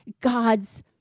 God's